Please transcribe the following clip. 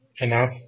Enough